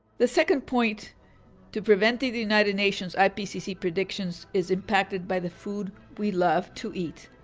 the second point to prevent the the united nations ipcc predictions is impacted by the food we love to eat.